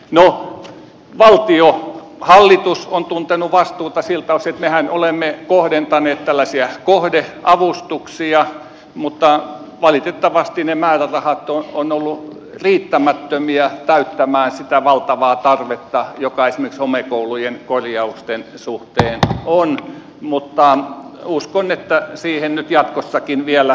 no hallitus on tuntenut vastuuta siltä osin että mehän olemme kohdentaneet tällaisia kohdeavustuksia mutta valitettavasti ne määrärahat ovat olleet riittämättömiä täyttämään sitä valtavaa tarvetta joka esimerkiksi homekoulujen korjausten suhteen on mutta uskon että siihen nyt jatkossakin vielä paneudutaan